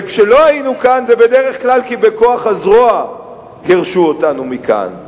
וכשלא היינו כאן זה בדרך כלל כי בכוח הזרוע גירשו אותנו מכאן.